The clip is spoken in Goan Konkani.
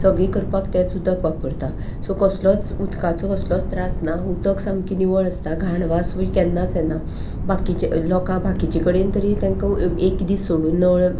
सगळें करपाक तेंच उदक वापरता सो कसलोच उदकाचो कसलोच त्रास ना उदक सामकी निवळ आसता घाणवासूय केन्नाच येना बाकीचे लोकांक बाकीचे कडेन तरी तांकां एक दीस सोडून नळ